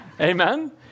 Amen